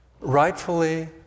rightfully